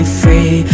free